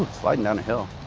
sliding down a hill.